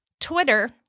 Twitter